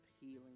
healing